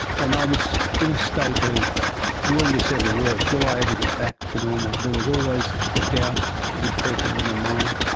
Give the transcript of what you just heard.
and i was in a state of will this ever work, will i ever get back to normal', there was always the doubt that would creep into my mind.